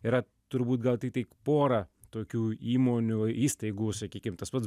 yra turbūt gal tik tai pora tokių įmonių įstaigų sakykim tas pats